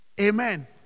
Amen